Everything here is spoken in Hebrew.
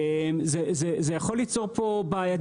זה יכול ליצור פה בעייתיות.